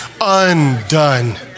undone